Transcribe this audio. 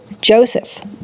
Joseph